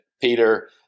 Peter